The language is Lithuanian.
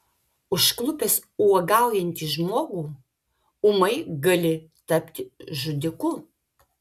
užklupęs uogaujantį žmogų ūmai gali tapti žudiku